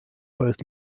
both